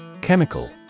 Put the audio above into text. Chemical